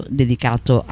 dedicato